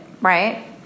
right